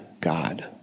God